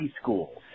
schools